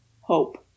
hope